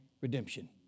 redemption